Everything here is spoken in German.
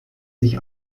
sich